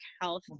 health